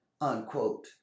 unquote